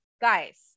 Guys